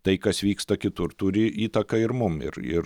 tai kas vyksta kitur turi įtaką ir mum ir ir